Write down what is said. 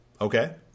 Okay